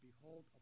behold